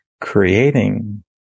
creating